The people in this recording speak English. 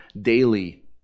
daily